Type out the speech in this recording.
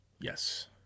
Yes